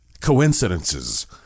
Coincidences